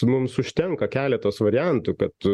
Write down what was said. mums užtenka keletos variantų kad